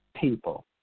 people